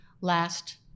last